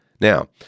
Now